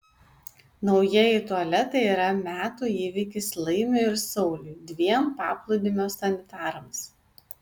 naujieji tualetai yra metų įvykis laimiui ir sauliui dviem paplūdimio sanitarams